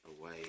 away